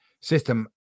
system